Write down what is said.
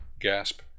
gasp